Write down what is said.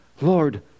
Lord